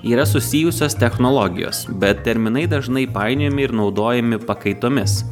yra susijusios technologijos bet terminai dažnai painiojami ir naudojami pakaitomis